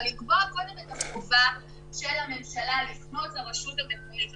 אבל לקבוע קודם את החובה של הממשלה לפנות לרשות המקומית,